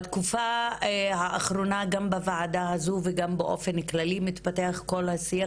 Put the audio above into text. בתקופה האחרונה גם בוועדה הזאת וגם באופן כללי מתפתח כל השיח